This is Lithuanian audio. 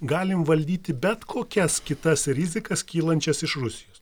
galim valdyti bet kokias kitas rizikas kylančias iš rusijos